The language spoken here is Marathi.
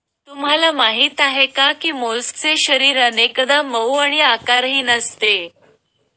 तुम्हाला माहीत आहे का की मोलस्कचे शरीर अनेकदा मऊ आणि आकारहीन असते